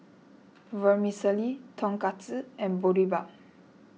Vermicelli Tonkatsu and Boribap